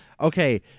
Okay